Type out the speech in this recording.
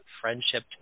friendship